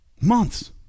Months